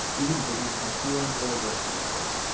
even if they don't have hearing or a direct line of sight.